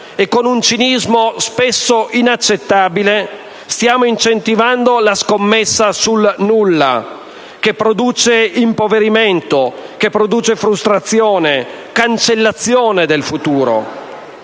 e con un cinismo spesso inaccettabile, stiamo incentivando la scommessa sul nulla, che produce impoverimento, frustrazione, cancellazione del futuro.